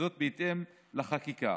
וזאת בהתאם לחקיקה.